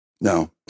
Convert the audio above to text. No